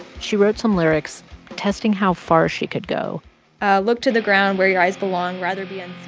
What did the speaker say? she wrote some lyrics testing how far she could go look to the ground where your eyes belong. rather be unseen.